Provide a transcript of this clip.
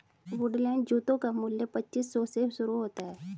Woodland जूतों का मूल्य पच्चीस सौ से शुरू होता है